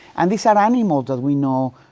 and these are animals that we know,